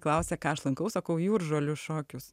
klausia ką aš lankau sakau jūržolių šokius